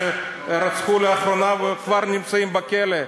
שרצחו לאחרונה וכבר נמצאים בכלא.